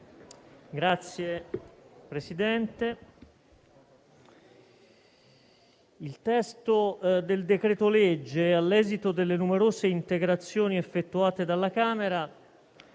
Signor Presidente, il testo del decreto-legge, all'esito delle numerose integrazioni effettuate dalla Camera,